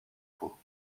points